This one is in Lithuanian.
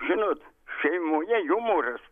žinot šeimoje jumoras